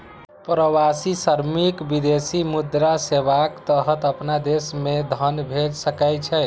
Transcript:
प्रवासी श्रमिक विदेशी मुद्रा सेवाक तहत अपना देश मे धन भेज सकै छै